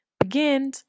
Begin